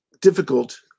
difficult